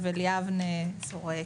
חבל יבנה, שורק.